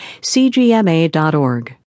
CGMA.org